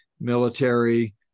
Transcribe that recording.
military